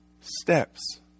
steps